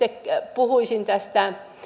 puhuisin